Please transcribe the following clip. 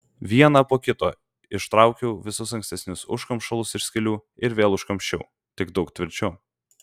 vieną po kito ištraukiau visus ankstesnius užkamšalus iš skylių ir vėl užkamšiau tik daug tvirčiau